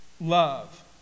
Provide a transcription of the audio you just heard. love